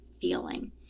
feeling